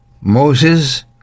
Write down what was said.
Moses